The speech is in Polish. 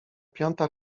piąta